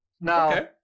Now